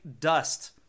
dust